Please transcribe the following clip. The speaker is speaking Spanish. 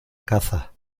caza